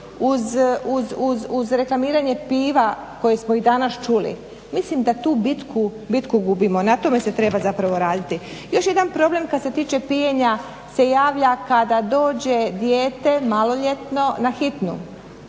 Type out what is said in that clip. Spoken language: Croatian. uz reklamiranje piva koje smo i danas čuli mislim da tu bitku gubimo. Na tome se treba zapravo raditi. Još jedan problem kad se tiče pijenja se javlja kada dođe dijete maloljetno na hitnu,